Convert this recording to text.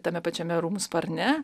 tame pačiame rūmų sparne